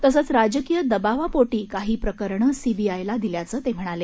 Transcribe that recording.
तसंच राजकीय दबावापोटी काही प्रकरणं सीबीआयला दिल्याचं ते म्हणाले